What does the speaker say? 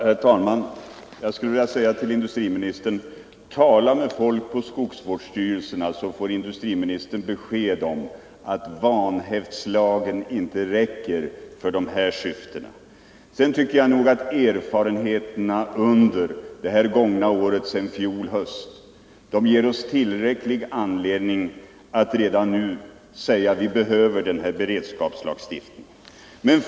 Herr talman! Jag skulle vilja säga till industriministern: Tala med folk på skogsvårdsstyrelserna, så får industriministern besked om att vanhävdslagen inte räcker för dessa syften! Jag tycker att erfarenheterna under det gångna året sedan i fjol höst ger oss tillräcklig anledning att redan nu säga att vi behöver en beredskapslagstiftning.